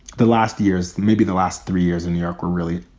the last years, maybe the last three years in new york were really,